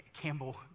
Campbell